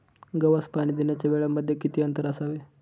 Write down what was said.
गव्हास पाणी देण्याच्या वेळांमध्ये किती अंतर असावे?